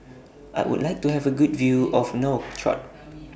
I Would like to Have A Good View of Nouakchott